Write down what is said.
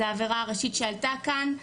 זאת העבירה הראשית שעלתה כאן,